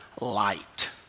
light